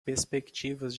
perspectivas